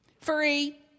free